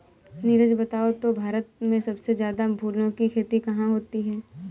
नीरज बताओ तो भारत में सबसे ज्यादा फूलों की खेती कहां होती है?